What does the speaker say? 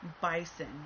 bison